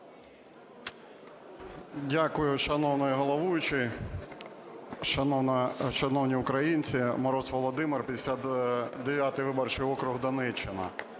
Дякую. Шановний головуючий, шановні українці! Мороз Володимир, 59 виборчий округ Донеччина.